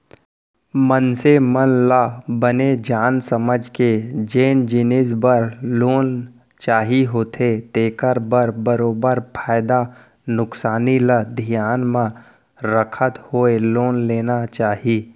मनसे मन ल बने जान समझ के जेन जिनिस बर लोन चाही होथे तेखर बर बरोबर फायदा नुकसानी ल धियान म रखत होय लोन लेना चाही